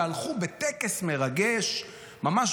והלכו בטקס מרגש ממש,